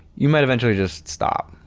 you might eventually just stop.